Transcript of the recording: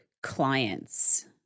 clients